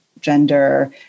gender